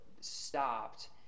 stopped